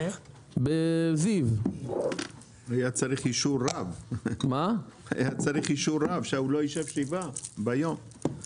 היה צריך אישור רב שהוא לא ישב שבעה ביום.